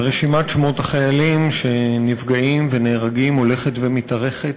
ורשימת שמות החיילים שנפגעים ונהרגים הולכת ומתארכת.